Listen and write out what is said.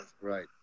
Right